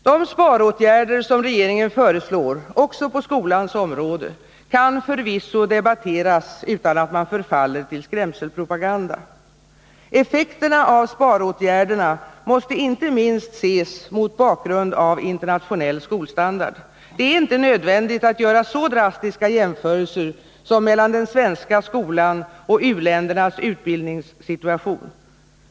De sparåtgärder som regeringen föreslår också på skolans område kan förvisso debatteras utan att man förfaller till skrämselpropaganda. Effekterna av sparåtgärderna måste inte minst ses mot bakgrund av internationell skolstandard. Det är inte nödvändigt att göra så drastiska jämförelser som mellan den svenska skolan och u-ländernas utbildningssituation.